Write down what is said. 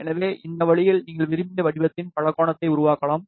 எனவே இந்த வழியில் நீங்கள் விரும்பிய வடிவத்தின் பலகோணத்தை உருவாக்கலாம்